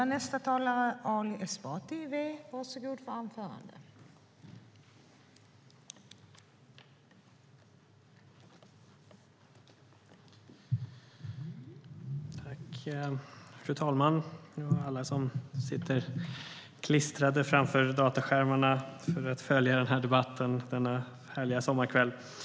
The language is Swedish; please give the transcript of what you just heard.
Det är på tiden.